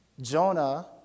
Jonah